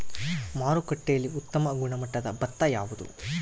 ಮಾರುಕಟ್ಟೆಯಲ್ಲಿ ಉತ್ತಮ ಗುಣಮಟ್ಟದ ಭತ್ತ ಯಾವುದು?